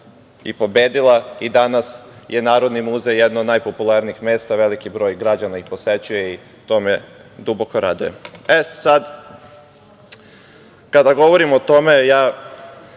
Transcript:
i pobedila i danas je Narodni muzej, jedan od najpopularnijih mesta, jer veliki broj građana ga i posećuje i to me duboko raduje. Sada kada govorimo o tome, ja